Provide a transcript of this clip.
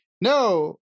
no